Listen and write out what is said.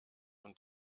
und